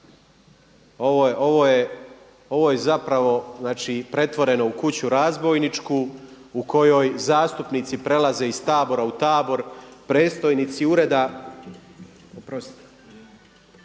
Ovo je zapravo, znači pretvoreno u kuću razbojničku u kojoj zastupnici prelaze iz tabora u tabor, predstojnici ureda